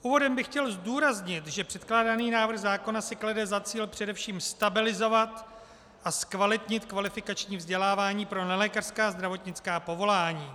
Úvodem bych chtěl zdůraznit, že předkládaný návrh zákona si klade za cíl především stabilizovat a zkvalitnit kvalifikační vzdělávání pro nelékařská zdravotnická povolání.